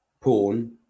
porn